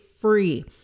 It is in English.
free